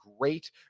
great